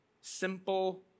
simple